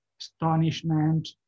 Astonishment